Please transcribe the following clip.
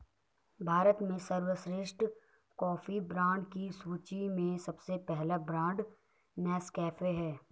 भारत में सर्वश्रेष्ठ कॉफी ब्रांडों की सूची में सबसे पहला ब्रांड नेस्कैफे है